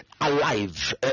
alive